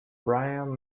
brian